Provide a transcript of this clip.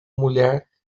mulher